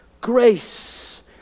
grace